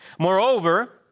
Moreover